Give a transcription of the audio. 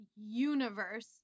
universe